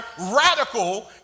radical